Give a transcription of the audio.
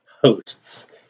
hosts